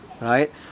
Right